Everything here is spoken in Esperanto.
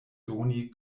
doni